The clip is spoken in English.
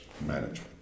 management